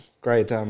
great